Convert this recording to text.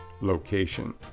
location